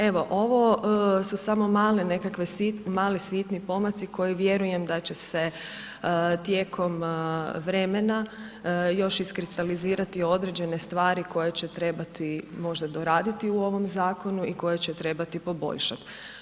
Evo, ovo su samo male nekakve, mali sitni pomaci koji vjerujem da će se tijekom vremena još iskristalizirati određene stvari koje će trebati možda doraditi u ovom zakonu i koje će trebati poboljšat.